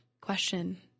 question